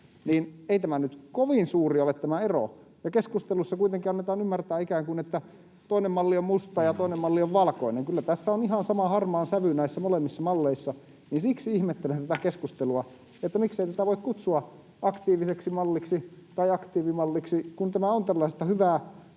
ei tämä ero nyt kovin suuri ole, ja keskusteluissa kuitenkin annetaan ymmärtää, että toinen malli on ikään kuin musta ja toinen malli on valkoinen. Kyllä tässä on ihan sama harmaan sävy näissä molemmissa malleissa, ja siksi ihmettelen tätä keskustelua. Miksei tätä voi kutsua aktiiviseksi malliksi tai aktiivimalliksi, kun tämä on tällaista hyvää,